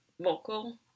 vocal